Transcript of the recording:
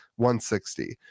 160